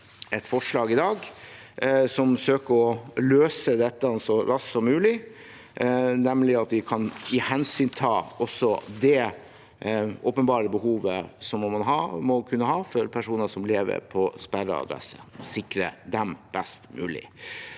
et forslag i dag som søker å løse dette så raskt som mulig, nemlig at vi kan hensynta også det åpenbare behovet som personer som lever på sperret adresse måtte ha, og sikre dem best mulig.